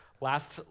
last